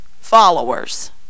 followers